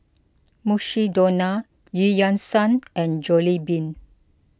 Mukshidonna Eu Yan Sang and Jollibean